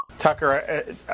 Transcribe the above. Tucker